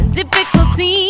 difficulty